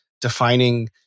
defining